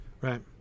Right